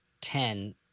ten